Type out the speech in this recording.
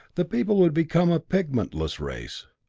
the people would become a pigmentless race.